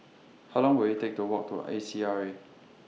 How Long Will IT Take to Walk to A C R A